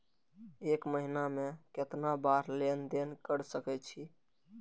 एक महीना में केतना बार लेन देन कर सके छी?